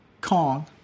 Kong